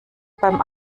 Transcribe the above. beim